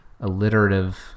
alliterative